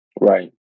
Right